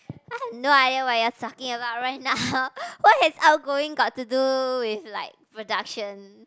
I have no idea what you are taking about right now what has outgoing got to do with like production